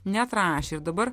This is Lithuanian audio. neatrašė ir dabar